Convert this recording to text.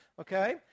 Okay